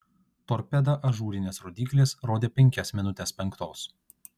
torpeda ažūrinės rodyklės rodė penkias minutes penktos